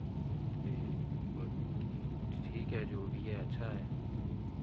ते बाकी ठीक ऐ जो बी हे अच्छा ऐ